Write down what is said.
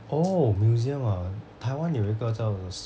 oh museum ah taiwan 有一个叫